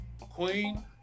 Queen